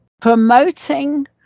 promoting